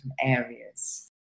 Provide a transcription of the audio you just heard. areas